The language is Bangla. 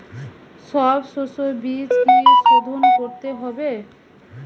সব শষ্যবীজ কি সোধন করতে হবে?